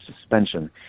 suspension